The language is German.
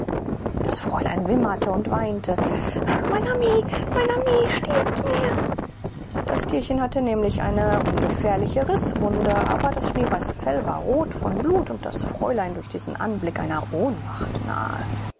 das fräulein wimmerte und weinte mein ami mein ami stirbt mir das tierchen hatte nämlich eine ungefährliche rißwunde aber das schneeweiße fell war rot von blut und das fräulein durch diesen anblick einer ohnmacht nahe